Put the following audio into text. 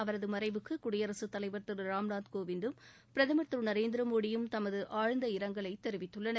அவரது மறைவுக்கு குடியரசு தலைவர் திரு ராம்நாத் கோவிந்தும் பிரதமர் திரு நரேந்திர மோடியும் ஆழ்ந்த இரங்கலை தெரிவித்துள்ளனர்